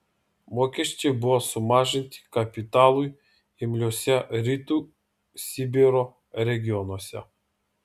mokesčiai buvo sumažinti kapitalui imliuose rytų sibiro regionuose